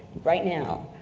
right now,